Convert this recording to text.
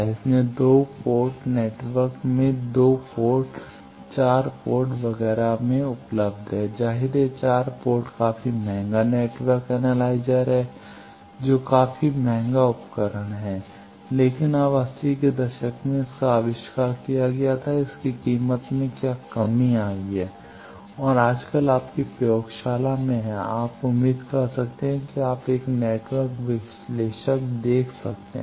इसलिए 2 port network में ये 2 पोर्ट 4 पोर्ट वगैरह में उपलब्ध हैं जाहिर है 4 पोर्ट काफी महंगा नेटवर्क एनालाइजर है जो काफी महंगा उपकरण है लेकिन अब अस्सी के दशक में इसका आविष्कार किया गया था इसकी कीमत में क्या कमी आई है और आजकल आपकी प्रयोगशाला में है आप उम्मीद कर सकते हैं कि आप एक नेटवर्क विश्लेषक देख सकते हैं